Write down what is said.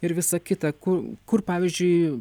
ir visa kita kur kur pavyzdžiui